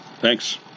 Thanks